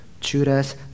Judas